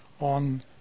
on